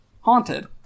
Haunted